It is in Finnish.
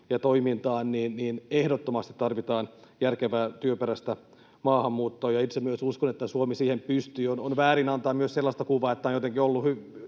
ja toimintaan — niin ehdottomasti tarvitaan järkevää työperäistä maahanmuuttoa. Itse myös uskon, että Suomi siihen pystyy. On väärin antaa myös sellaista kuvaa, että nämä viime vuodet